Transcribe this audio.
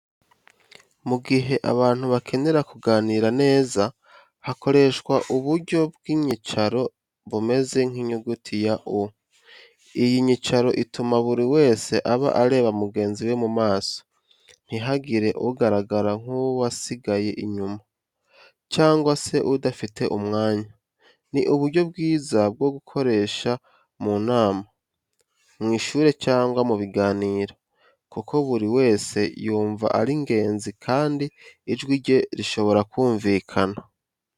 Mu gihe abantu bakenera kuganira neza, hakoreshwa uburyo bw’inyicaro bumeze nk’inyuguti ya U. Iyi nyicaro ituma buri wese aba areba mugenzi we mu maso, ntihagire ugaragara nk’uwasigaye inyuma, cyangwa se udafite umwanya. Ni uburyo bwiza bwo gukoresha mu nama, mu ishuri cyangwa mu biganiro, kuko buri wese yumva ari ingenzi kandi ijwi rye rishobora kumvikana.